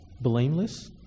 blameless